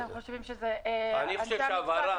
אתם חושבים שזה --- אני חושב שההבהרה --- אנשי המשרד,